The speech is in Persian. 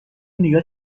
نگاه